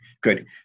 good